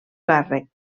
càrrec